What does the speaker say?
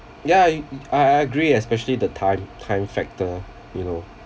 yeah I I agree especially the time time factor you know